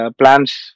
plans